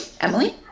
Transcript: Emily